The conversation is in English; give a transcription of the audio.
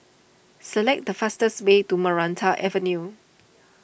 select the fastest way to Maranta Avenue